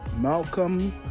malcolm